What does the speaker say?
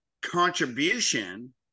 Contribution